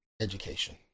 education